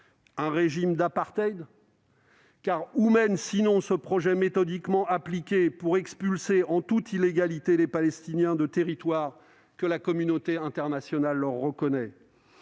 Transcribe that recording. Un régime d'apartheid ? Où mène, en fait, ce projet méthodiquement appliqué pour expulser, en toute illégalité, les Palestiniens de territoires que la communauté internationale leur reconnaît ?